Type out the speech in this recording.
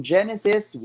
Genesis